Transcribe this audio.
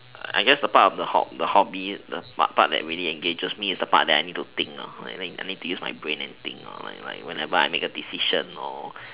I guess the part of the hob~ the hobby the part that really engages me is the part I need to think lah I need to use my brain and think like like whenever I make a decision or